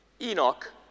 Enoch